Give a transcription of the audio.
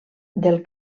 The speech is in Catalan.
del